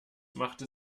machte